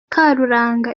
karuranga